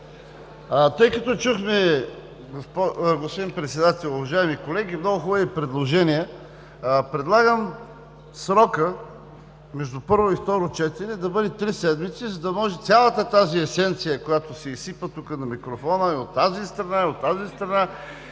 Тъй като чухме, господин Председател, уважаеми колеги, много хубави предложения, предлагам срокът между първо и второ четене да бъде три седмици, за да може цялата тази есенция, която се изсипа тук на микрофона –и от тази страна, и от тази страна,